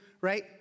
right